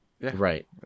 Right